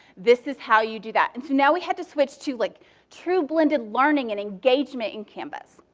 this is how you do that. and so now we had to switch to like true blended learning and engagement in canvas.